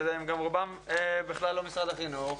והם גם רובם בכלל לא משרד החינוך.